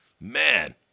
Man